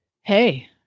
hey